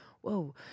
Whoa